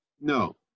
No